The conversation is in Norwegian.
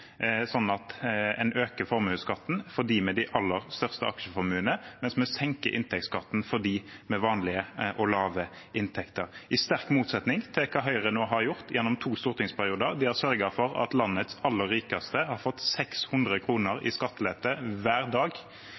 øker formuesskatten for dem med de aller største aksjeformuene, mens vi senker inntektsskatten for dem med vanlige og lave inntekter, i sterk motsetning til hva Høyre har gjort gjennom to stortingsperioder. De har sørget for at landets aller rikeste har fått 600 kr i skattelette hver dag, mens folk med vanlige inntekter har fått 2 kr i skattelette hver dag.